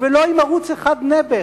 ולא עם ערוץ-1, נעבעך,